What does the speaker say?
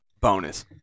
Bonus